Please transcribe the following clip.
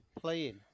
playing